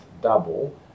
double